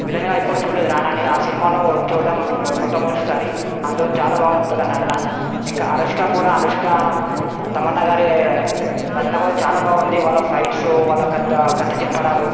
విలన్గా ఎప్పుడూ చూడలేదు రానాని ఆ సినిమాలో చూడటం మొ మొట్టమొదటిసారి అందులో చాలా బాగుంది తన నటన ఇంకా అనుష్క కూడా అనుష్క తమన్నాగారి నటన కూడా చాలా బాగుంది వాళ్ళ ఫైట్స్ వాళ్ళ కత్త కత్తి తిప్పడాలు